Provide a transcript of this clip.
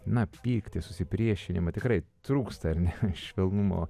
na pyktį susipriešinimą tikrai trūksta ar ne švelnumo